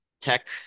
tech